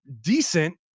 decent